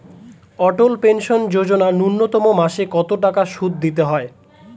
অটল pension Yojana ন্যূনতম মাসে কত টাকা সুধ দিতে হয়?